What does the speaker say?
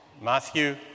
Matthew